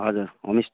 हजुर होम